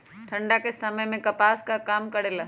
ठंडा के समय मे कपास का काम करेला?